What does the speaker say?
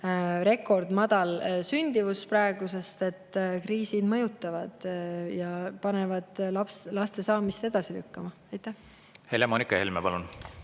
rekordmadal sündimus praegu, sest kriisid mõjutavad ja panevad laste saamist edasi lükkama. Helle-Moonika Helme, palun!